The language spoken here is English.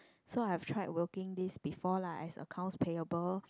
so I've tried working this before lah as accounts payable